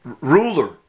ruler